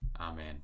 amen